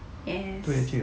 yes